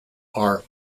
are